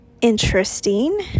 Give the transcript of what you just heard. interesting